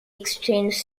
exchange